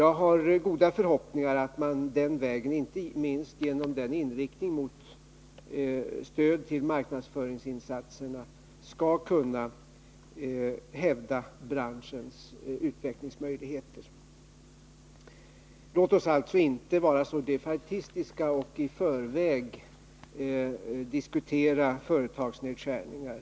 Jag har goda förhoppningar om att man på den vägen — inte minst genom inriktningen mot stöd till marknadsföringsinsatserna— skall kunna hävda branschens utvecklingsmöjligheter. Låt oss alltså inte vara så defaitistiska och i förväg diskutera företagsnedskärningar.